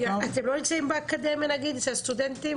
אתם לא נמצאים באקדמיה עם הסטודנטים?